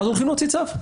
אז הולכים להוציא צו.